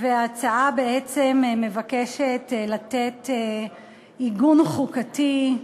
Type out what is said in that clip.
בעצם מבקשת לתת מעמד חוקי,